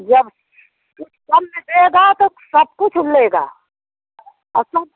जब जन्म देगा तो सब कुछ लेगा अच्छा